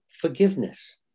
forgiveness